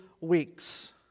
weeks